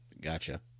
Gotcha